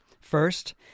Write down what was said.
First